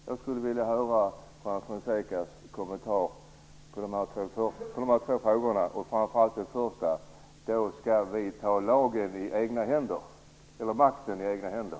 Jag skulle vilja höra Juan Fonsecas kommentar till dessa två frågor, framför allt när det gäller den första och påståendet om att invandrarna skall ta makten i egna händer.